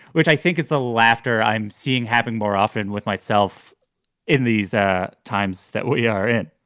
which i think is the laughter i'm seeing happen more often with myself in these ah times that we are in